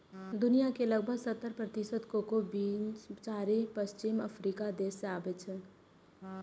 दुनिया के लगभग सत्तर प्रतिशत कोको बीन्स चारि पश्चिमी अफ्रीकी देश सं आबै छै